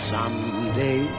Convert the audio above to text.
Someday